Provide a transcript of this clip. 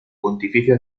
pontificio